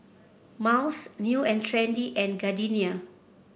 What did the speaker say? Miles New And Trendy and Gardenia